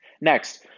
Next